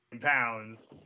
pounds